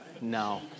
no